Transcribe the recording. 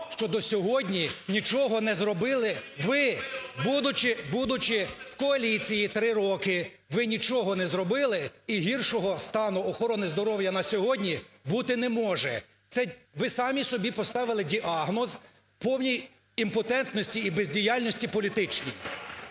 що до сьогодні нічого не зробили. Ви, будучи в коаліції три роки, ви нічого не зробили, і гіршого стану охорони здоров'я на сьогодні бути не може. Це ви самі собі поставили діагноз в повній імпотентності і бездіяльності політичній.